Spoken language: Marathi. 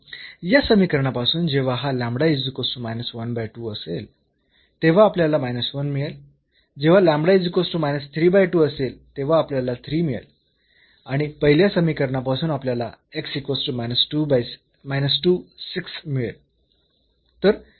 या समीकरणापासून जेव्हा हा असेल तेव्हा आपल्याला मिळेल जेव्हा असेल तेव्हा आपल्याला मिळेल आणि पहिल्या समीकरणापासून आपल्याला मिळेल